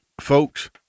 Folks